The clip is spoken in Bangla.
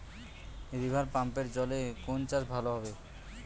রিভারপাম্পের জলে কোন চাষ ভালো হবে?